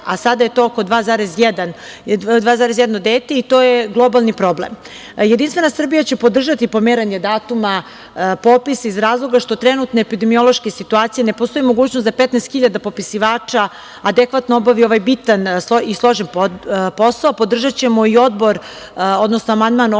a sada je to oko 2,1 dete i to je globalni problem. Jedinstvena Srbija će podržati pomeranje datuma popisa iz razloga što trenutno u epidemiološkoj situaciji ne postoji mogućnost da 15 hiljada popisivača adekvatno obavi ovaj bitan i složen posao. Podržaćemo i Odbor, odnosno amandman Odbora